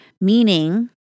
meaning